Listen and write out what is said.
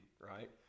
right